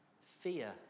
fear